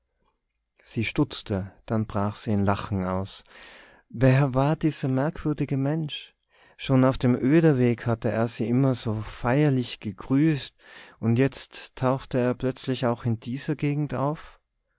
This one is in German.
sie stutzte dann brach sie in lachen aus wer war dieser merkwürdige mensch schon auf dem oederweg hatte er sie immer so feierlich gegrüßt und jetzt tauchte er plötzlich auch in dieser gegend auf